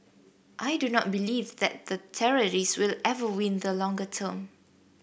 I do not believe that the terrorist will ever win the longer term